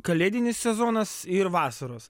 kalėdinis sezonas ir vasaros